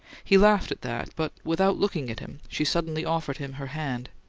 he laughed at that but without looking at him she suddenly offered him her hand,